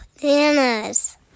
Bananas